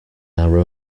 our